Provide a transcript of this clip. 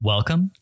Welcome